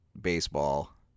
baseball